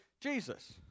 Jesus